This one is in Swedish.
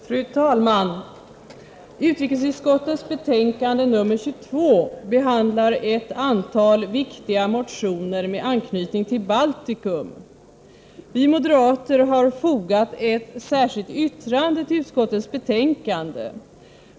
Fru talman! Utrikesutskottets betänkande 22 behandlar ett antal viktiga motioner med anknytning till Baltikum. Vi moderater har fogat ett särskilt yttrande till utskottets betänkande.